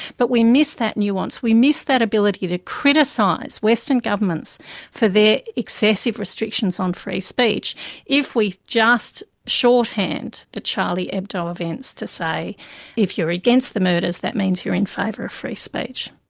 but we miss that nuance, we miss that ability to criticise western governments for their excessive restrictions on free speech if we just shorthand the charlie hebdo events to say if you are against the murders that means you are in favour of free speech.